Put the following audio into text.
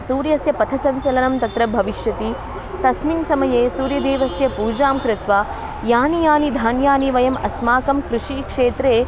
सूर्यस्य पथसञ्चलनं तत्र भविष्यति तस्मिन् समये सूर्यदेवस्य पूजां कृत्वा यानि यानि धान्यानि वयम् अस्माकं कृषिक्षेत्रे